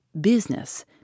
business